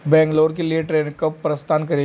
बैंगलोर के लिए ट्रैन कब प्रस्थान करे